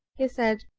he said.